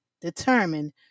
determined